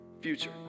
future